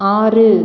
ஆறு